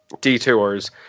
detours